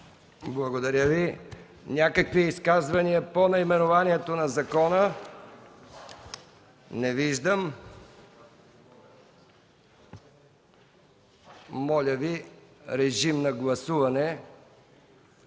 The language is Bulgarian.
Благодаря Ви. Изказвания по наименованието на закона? Не виждам. Моля режим на гласуване